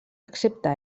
excepte